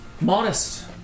modest